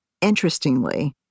Interestingly